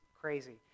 crazy